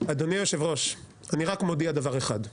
אדוני היושב ראש, אני רק מודיע דבר אחד,